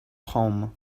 home